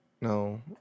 no